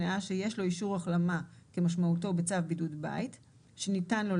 אלא אם כן נתקיים באותו אדם אחד מאלה: "חובת הצגת 30ב. תוצאה שלילית